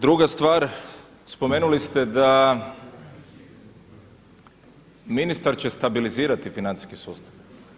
Druga stvar, spomenuli ste da ministar će stabilizirati financijski sustav.